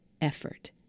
effort